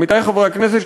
עמיתי חברי הכנסת,